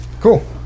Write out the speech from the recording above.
Cool